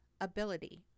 ability